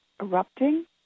erupting